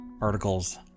articles